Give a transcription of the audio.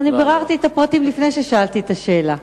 אני ביררתי את הפרטים לפני ששאלתי את השאלה.